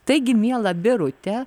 taigi miela birute